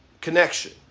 Connection